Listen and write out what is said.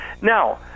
Now